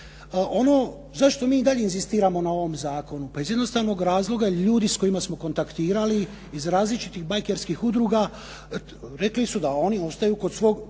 Ono zašto mi i dalje inzistiramo na ovom zakonu, pa iz jednostavnog razloga jer ljudi s kojima smo kontaktirali, iz različitih bakjerskih udruga, rekli su da oni ostaju kod svog